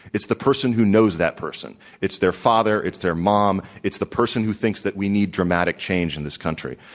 it's the person who knows that person. it's their father. it's their mom. it's the person who thinks that we need dramatic change in this country.